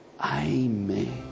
Amen